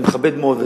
ואני מכבד מאוד,